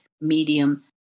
medium